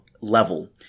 level